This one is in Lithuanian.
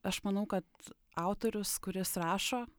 aš manau kad autorius kuris rašo